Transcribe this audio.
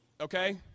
okay